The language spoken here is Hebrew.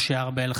משה ארבל,